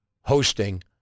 hosting